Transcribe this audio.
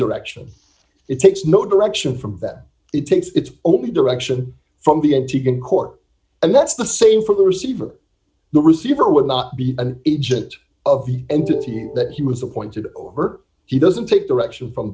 direction it takes no direction from that it takes it's only direction from the n t can core and that's the same for the receiver the receiver will not be an agent of the entity that he was appointed or her he doesn't take direction from